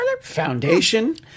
foundation